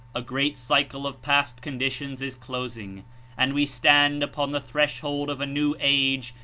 a great cycle of past conditions is closing and we stand upon the thresh hold of a new age,